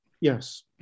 yes